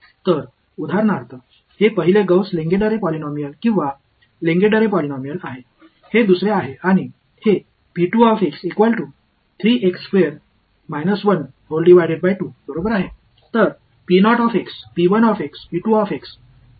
तर उदाहरणार्थ हे पहिले गौस लेंगेडरे पॉलिनॉमियल किंवा लेंगेडरे पॉलिनॉमियल आहे हे दुसरे आहे आणि हे बरोबर आहे